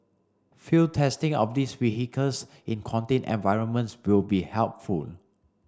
field testing of these vehicles in contained environments will be helpful